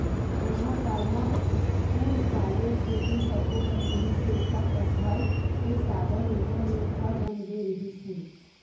corona काल म school, college, coaching सब्बो बंद रिहिस हे त पड़ई के साधन इंटरनेट ह बन गे रिहिस हे